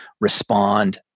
respond